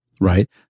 right